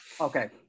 Okay